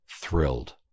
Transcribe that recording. thrilled